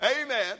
Amen